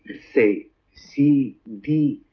say, c, d,